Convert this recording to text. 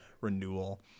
renewal